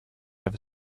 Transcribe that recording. ever